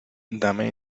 dame